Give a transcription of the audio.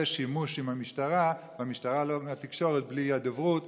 שימוש עם המשטרה והמשטרה לא עם התקשורת בלי הדוברות.